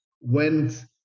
went